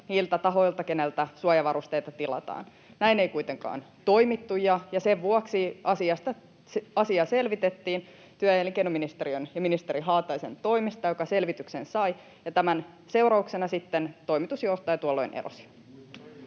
niiltä tahoilta, keiltä suojavarusteita tilataan. Näin ei kuitenkaan toimittu, ja sen vuoksi asia selvitettiin työ- ja elinkeinoministeriön ja ministeri Haataisen toimesta, joka selvityksen sai, ja tämän seurauksena sitten toimitusjohtaja tuolloin erosi.